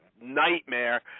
nightmare